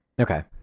Okay